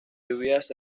lluvias